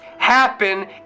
happen